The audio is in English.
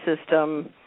system